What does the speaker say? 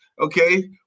Okay